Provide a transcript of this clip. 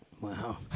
Wow